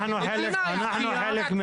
המדינה הפקיעה